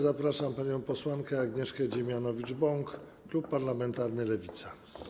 Zapraszam panią posłankę Agnieszkę Dziemianowicz-Bąk, klub parlamentarny Lewica.